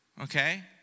Okay